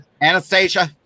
Anastasia